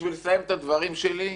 בשביל לסיים את הדברים שלי: